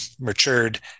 matured